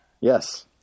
Yes